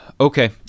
Okay